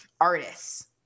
artists